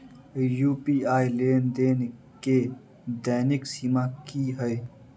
UPI लेनदेन केँ दैनिक सीमा की है?